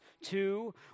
two